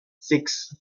six